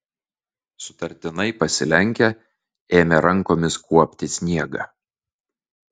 sutartinai pasilenkę ėmė rankomis kuopti sniegą